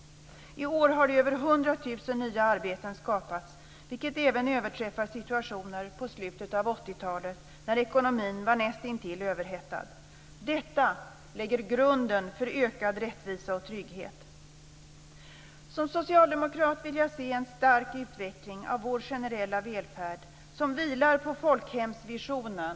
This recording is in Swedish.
I år har över 100 000 nya arbeten skapats, vilket överträffar situationen på slutet av 80-talet, när ekonomin var näst intill överhettad. Detta lägger grunden för ökad rättvisa och trygghet. Som socialdemokrat vill jag se en stark utveckling av vår generella välfärd, som vilar på folkhemsvisionen.